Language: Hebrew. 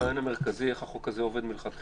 אבל בלי הרעיון המרכזי איך החוק הזה עובד מלכתחילה?